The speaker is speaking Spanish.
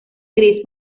gris